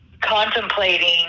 contemplating